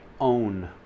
own